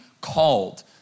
called